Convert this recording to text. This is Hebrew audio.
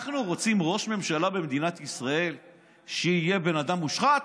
אנחנו רוצים ראש ממשלה במדינת ישראל שיהיה בן אדם מושחת?